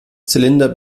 zylinder